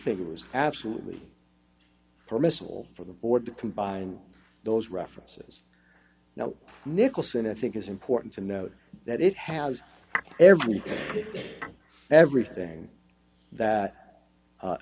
think it was absolutely permissible for the board to combine those references now nicholson i think is important to note that it has everything everything that